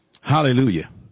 Hallelujah